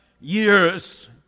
years